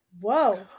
Whoa